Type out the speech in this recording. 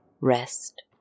rest